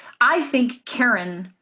i think karen.